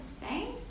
thanks